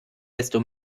desto